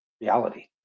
reality